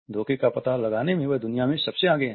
धोखे का पता लगाने में वह दुनिया में सबसे आगे है